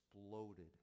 exploded